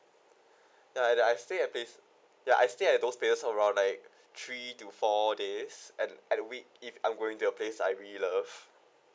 ya and I stay at place ya I stay at those places around like three to four days at at a week if I'm going to a place I really love